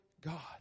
God